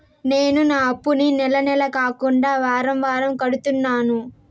నేను నా అప్పుని నెల నెల కాకుండా వారం వారం కడుతున్నాను